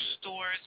stores